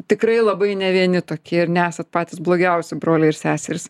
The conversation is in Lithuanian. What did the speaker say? tikrai labai ne vieni tokie ir nesat patys blogiausi broliai ir seserys